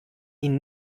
ihn